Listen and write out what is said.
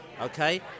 okay